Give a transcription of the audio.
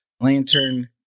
Lantern